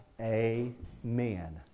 Amen